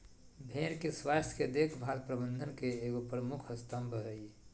भेड़ के स्वास्थ के देख भाल प्रबंधन के एगो प्रमुख स्तम्भ हइ